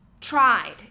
tried